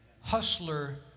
Hustler